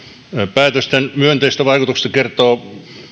päätösten myönteisestä vaikutuksesta kertoo